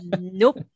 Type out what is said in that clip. Nope